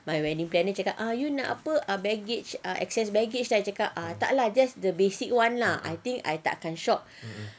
my wedding planner cakap you nak apa ah baggage ah excess baggage tu I cakap tak lah just the basic one lah I think I tak kan shop